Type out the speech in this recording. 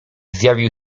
zjawił